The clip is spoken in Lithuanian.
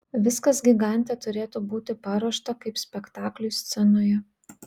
viskas gigante turėtų būti paruošta kaip spektakliui scenoje